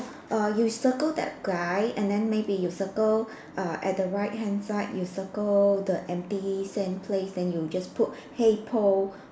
err you circle that guy and then maybe you circle err at the right hand side you circle the empty same place then you just put hey Paul